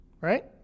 right